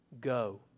Go